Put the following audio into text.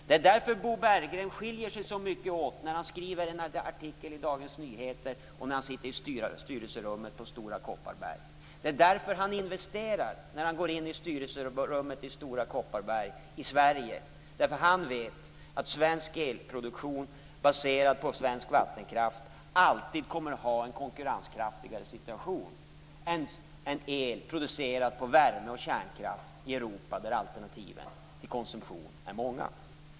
Det är därför Bo Berggrens synpunkter skiljer sig så mycket åt när han skriver en artikel i Dagens Nyheter och när han sitter i styrelserummet på Stora Kopparberg. Det är därför han investerar i Sverige när han sitter i styrelserummet i Stora Kopparberg. Han vet att svensk el, baserad på svensk vattenkraft, alltid kommer att vara i en mer konkurrenskraftig situation än el producerad på värme och kärnkraft i Europa, där konsumtionsalternativen är många.